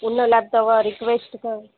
उन लाइ अथव रिक्वेस्ट अथव